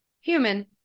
human